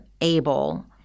able